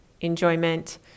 enjoyment